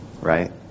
Right